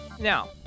Now